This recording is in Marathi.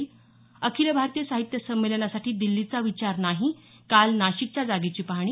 स अखिल भारतीय साहित्य संमेलनासाठी दिल्लीचा विचार नाही काल नाशिकच्या जागेची पाहणी